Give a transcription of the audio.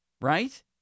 right